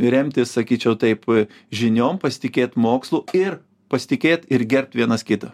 remtis sakyčiau taip žiniom pasitikėt mokslu ir pasitikėt ir gerbt vienas kitą